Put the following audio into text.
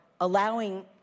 allowing